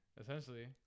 Essentially